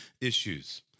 issues